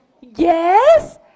Yes